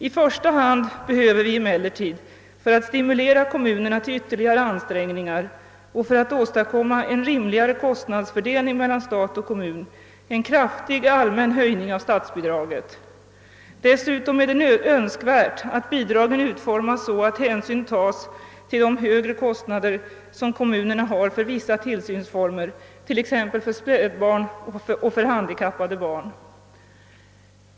I första hand behöver vi emellertid för att stimulera kommunerna till ytterligare ansträngningar och för att åstadkomma en rimlig kostnadsfördelning mellan stat och kommun en allmän kraftig höjning av statsbidraget. Dessutom är det önskvärt att bidraget utformas så att hänsyn tas till de högre kostnader som kommunerna har för vissa tillsynsformer, t.ex. för spädbarn och för handikappade barn.